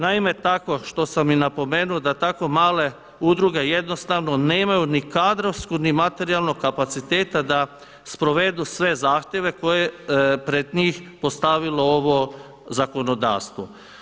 Naime, tako što sam i napomenuo da tako male udruge jednostavno nemaju ni kadrovsku ni materijalnog kapaciteta da sprovedu sve zahtjeve koje je pred njih postavilo ovo zakonodavstvo.